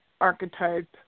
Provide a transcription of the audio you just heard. archetype